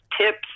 tips